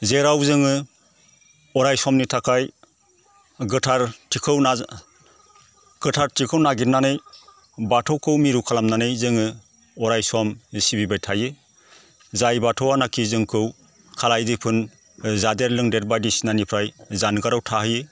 जेराव जोङो अराय समनि थाखाय गोथारथिखौ नाजा गोथारथिखौ नागिरनानै बाथौखौ मिरु खालामनानै जोङो अराय सम सिबिबाय थायो जाय बाथौआ नाखि जोंखौ खालाय दैफोन जादेर लोंदेर बायदिसिनानिफ्राय जानगाराव थाहोयो